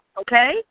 Okay